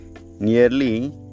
nearly